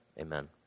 Amen